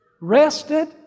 Rested